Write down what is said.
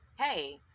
hey